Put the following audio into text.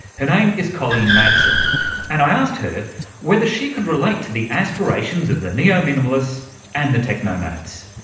her name is colleen madsen and i asked her whether she could relate to the aspirations of the neo-minimalists and the technomads.